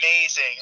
amazing